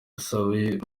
yasabye